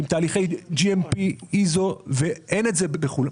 עם תהליכי GMP ו-ISO שאין אותם בחו"ל.